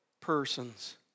persons